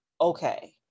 Okay